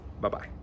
Bye-bye